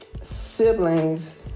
siblings